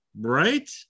Right